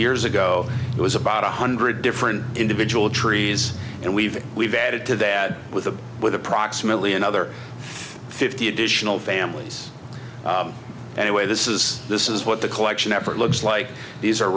years ago it was about one hundred different individual trees and we've we've added to the ad with the with approximately another fifty additional families anyway this is this is what the collection effort looks like these are